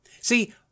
See